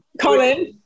Colin